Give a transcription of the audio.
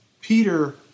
Peter